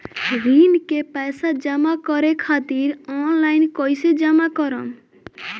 ऋण के पैसा जमा करें खातिर ऑनलाइन कइसे जमा करम?